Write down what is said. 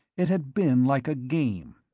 it had been like a game,